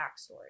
backstory